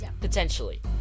Potentially